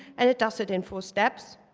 and it does it in four steps.